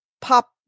pop